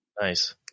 Nice